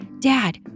Dad